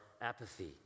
apathy